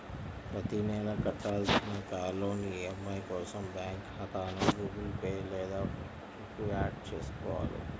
ప్రతి నెలా కట్టాల్సిన కార్ లోన్ ఈ.ఎం.ఐ కోసం బ్యాంకు ఖాతాను గుగుల్ పే లేదా ఫోన్ పే కు యాడ్ చేసుకోవాలి